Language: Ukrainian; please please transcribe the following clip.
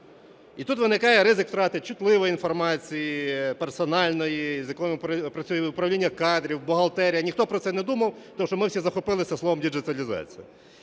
І тут виникає ризик втрати чутливої інформації, персональної, з якою працюють Управління кадрів, бухгалтерія. Ніхто про це не думав, тому що ми всі захопилися словом "діджиталізація".